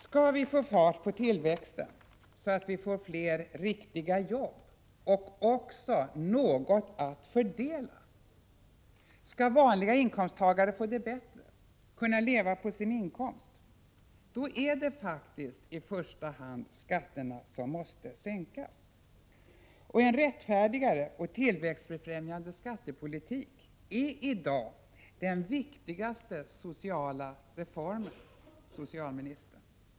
Skall vi få fart på tillväxten så att vi får fler riktiga jobb och också något att fördela, skall vanliga inkomsttagare få det bättre, kunna leva på sin inkomst, då är det faktiskt i första hand skatterna som måste sänkas. En rättfärdigare och tillväxtbefrämjande skattepolitik är i dag den viktigaste sociala reformen, fru socialminister.